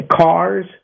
cars